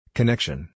Connection